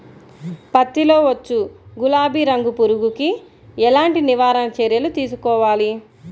పత్తిలో వచ్చు గులాబీ రంగు పురుగుకి ఎలాంటి నివారణ చర్యలు తీసుకోవాలి?